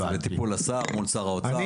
זה לטיפול שר האוצר.